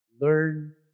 Learn